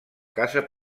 casa